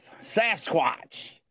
Sasquatch